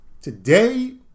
Today